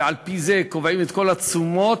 ועל-פי זה קובעים את כל התשומות.